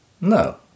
No